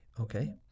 okay